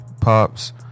Pops